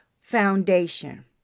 foundation